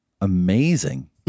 amazing